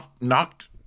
knocked